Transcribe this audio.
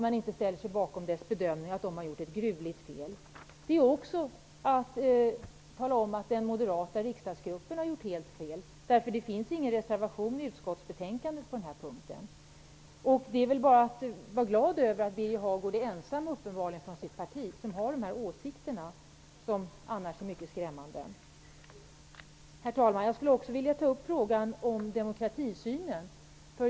Man ställer sig inte bakom dess bedömning och den har gjort ett gruvligt fel. Det är också att tala om att den moderata riksdagsgruppen har gjort helt fel eftersom det inte finns någon reservation i utskottsbetänkandet på den här punkten. Man får vara glad över att Birger Hagård uppenbarligen är ensam från sitt parti om att ha dessa åsikter, som annars vore mycket skrämmande. Herr talman! Jag skulle också vilja ta upp frågan om demokratisynen.